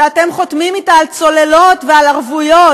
שאתם חותמים איתן על צוללות ועל ערבויות,